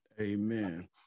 Amen